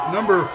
Number